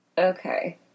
Okay